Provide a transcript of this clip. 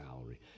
salary